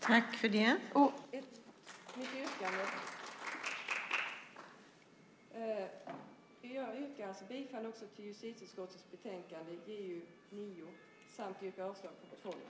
Jag yrkar bifall till förslaget i justitieutskottets betänkande JuU9 samt avslag på reservationerna.